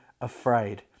afraid